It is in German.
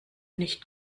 nicht